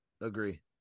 Agree